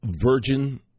virgin